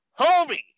homie